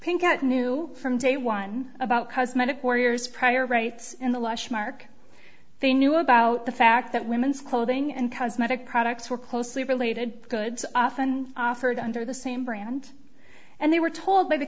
pink out knew from day one about cosmetic warriors prior rights in the wash mark they knew about the fact that women's clothing and cosmetic products were closely related goods often offered under the same brand and they were told by the